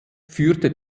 führt